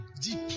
deep